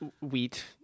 Wheat